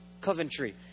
Coventry